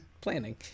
planning